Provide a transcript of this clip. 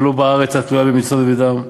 ולא בארץ התלויה במצוות ודם.